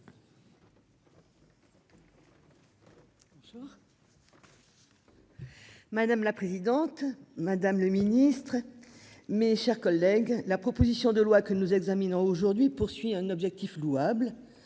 Madame la présidente, madame le Ministre, mes chers collègues, la proposition de loi que nous elle. Amina aujourd'hui poursuit un objectif louable,